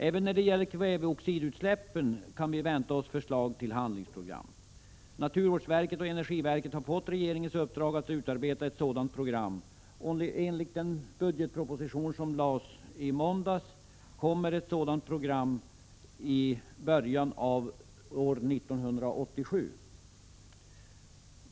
Även när det gäller kväveoxidutsläppen kan vi vänta oss förslag till handlingsprogram. Naturvårdsverket och energiverket har fått regeringens uppdrag att utarbeta ett sådant program, och enligt den budgetproposition som framlades i måndags kommer ett sådant program i början av 1987.